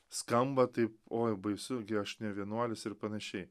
skamba taip oi baisu gi aš ne vienuolis ir panašiai